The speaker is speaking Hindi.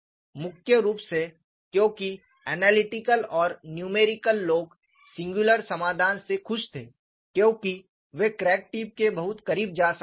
मुख्य रूप से क्योंकि ऐनालिटिकल और न्यूमेरिकल लोग सिंगुलर समाधान से खुश थे क्योंकि वे क्रैक टिप के बहुत करीब जा सकते थे